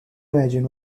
imagine